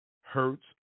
hurts